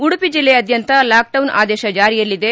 ಉಡುಪಿ ಜಿಲ್ಲೆಯಾದ್ಯಂತ ಲಾಕ್ಡೌನ್ ಆದೇಶ ಜಾರಿಯಲ್ಲಿದೆ